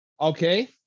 Okay